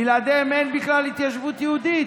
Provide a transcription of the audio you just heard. בלעדיהן אין בכלל התיישבות יהודית.